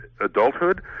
adulthood